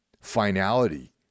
finality